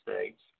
States